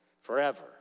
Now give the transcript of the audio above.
forever